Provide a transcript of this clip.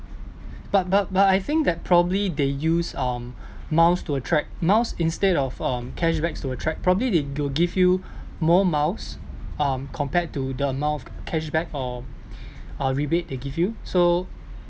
but but but I think that probably they use um miles to attract miles instead of um cashbacks to attract probably they will give you more miles um compared to the amount of cashback or or rebate they give you so